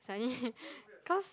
suddenly cause